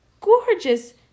gorgeous